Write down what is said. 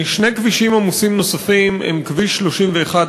שני כבישים עמוסים נוספים הם כביש 31,